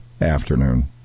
afternoon